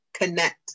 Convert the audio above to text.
connect